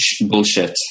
bullshit